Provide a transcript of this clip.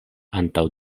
antaŭ